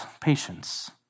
patience